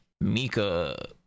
Mika